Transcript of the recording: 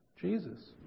Jesus